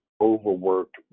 overworked